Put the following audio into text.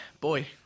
boy